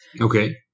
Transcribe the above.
Okay